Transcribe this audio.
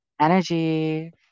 energy